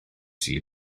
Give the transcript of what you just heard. sul